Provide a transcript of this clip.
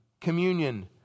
communion